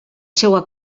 seva